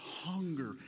hunger